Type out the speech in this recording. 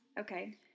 Okay